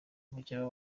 mukeba